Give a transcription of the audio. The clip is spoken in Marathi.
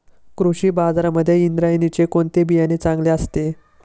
कृषी बाजारांमध्ये इंद्रायणीचे कोणते बियाणे चांगले असते?